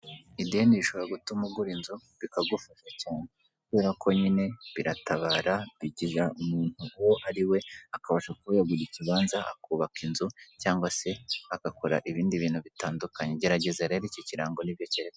Ideni rishobora gutuma ugura inzu bikagufasha cyane, kubera ko nyine biratabara bigira umuntu uwo ari we akabasha kuba yagura ikibanza akubaka inzu cyangwa se agakora ibindi bintu bitandukanye, gerageza rero iki kirango ni byo kerekana.